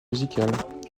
musicale